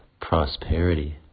prosperity